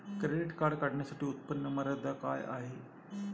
Credit card काढण्यासाठी उत्पन्न मर्यादा काय आहे?